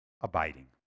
abiding